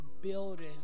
building